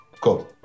Cool